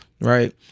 Right